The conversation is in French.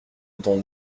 dont